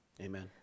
Amen